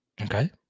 Okay